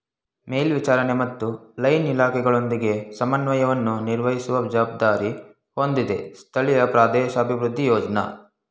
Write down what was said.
ಮೇಲ್ವಿಚಾರಣೆ ಮತ್ತು ಲೈನ್ ಇಲಾಖೆಗಳೊಂದಿಗೆ ಸಮನ್ವಯವನ್ನು ನಿರ್ವಹಿಸುವ ಜವಾಬ್ದಾರಿ ಹೊಂದಿದೆ ಸ್ಥಳೀಯ ಪ್ರದೇಶಾಭಿವೃದ್ಧಿ ಯೋಜ್ನ